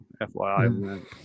FYI